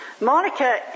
Monica